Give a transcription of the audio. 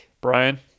Brian